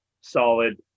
solid